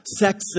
sexist